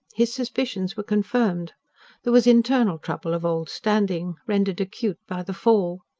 his suspicions were confirmed there was internal trouble of old standing, rendered acute by the fall.